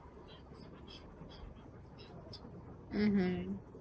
mmhmm